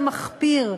המחפיר,